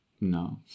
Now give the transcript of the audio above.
no